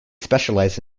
specialized